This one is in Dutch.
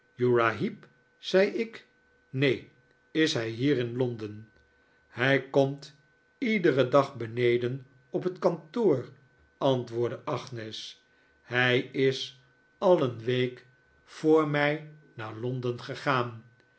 heep zei ik neen is hij hier in londen hij komt iederen dag beneden op het kantoor antwoordde agnes hij is al een nieuws omtrent uriah heep week voor mij naar xonden gegaan